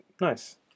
Nice